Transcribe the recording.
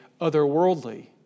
otherworldly